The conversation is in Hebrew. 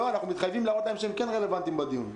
אנחנו מתחייבים להראות להם שהם כן רלוונטיים בדיון.